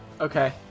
Okay